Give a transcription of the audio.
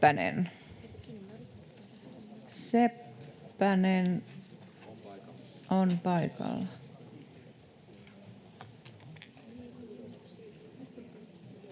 Rantanen on paikalla.